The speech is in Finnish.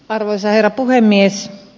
arvoisa herra puhemies